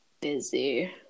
busy